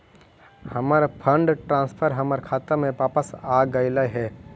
हमर fund transfer हमर खाता में वापस आगईल हे